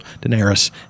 Daenerys